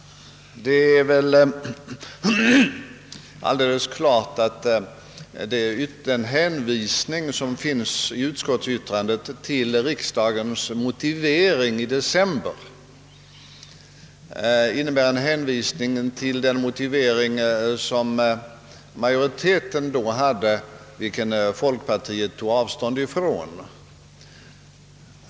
Utskottet hänvisar i sitt yttrande till riksdagsmajoritetens motivering i december, vilken folkpartiet tog avstånd från.